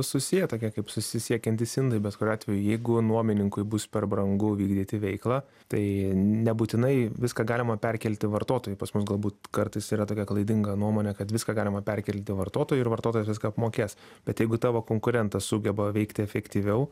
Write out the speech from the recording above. susiję tokie kaip susisiekiantys indai bet kuriuo atveju jeigu nuomininkui bus per brangu vykdyti veiklą tai nebūtinai viską galima perkelti vartotojui pas mus galbūt kartais yra tokia klaidinga nuomonė kad viską galima perkelti vartotojui ir vartotojas viską apmokės bet jeigu tavo konkurentas sugeba veikti efektyviau